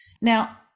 now